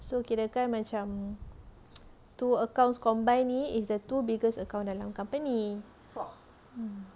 so kirakan macam two accounts combined ni is the two biggest account dalam company mm